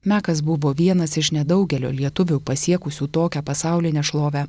mekas buvo vienas iš nedaugelio lietuvių pasiekusių tokią pasaulinę šlovę